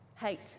hate